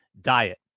diet